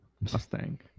Mustang